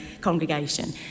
congregation